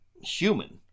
human